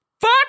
Fuck